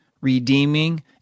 redeeming